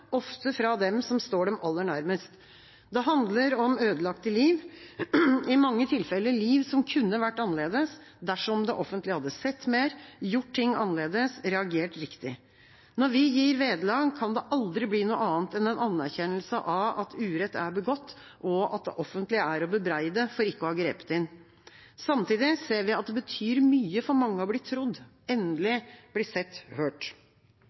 ofte fra dem som står dem aller nærmest. Det handler om ødelagte liv, i mange tilfeller liv som kunne vært annerledes dersom det offentlige hadde sett mer, gjort ting annerledes, reagert riktig. Når vi gir vederlag, kan det aldri bli noe annet enn en anerkjennelse av at urett er begått, og at det offentlige er å bebreide for ikke å ha grepet inn. Samtidig ser vi at det betyr mye for mange å bli trodd – endelig bli sett, bli hørt.